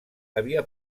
havia